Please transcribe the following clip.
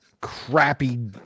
crappy